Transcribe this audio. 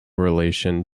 relation